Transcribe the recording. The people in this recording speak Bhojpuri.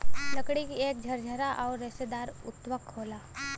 लकड़ी एक झरझरा आउर रेसेदार ऊतक होला